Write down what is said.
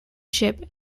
ship